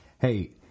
Hey